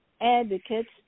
advocates